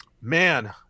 Man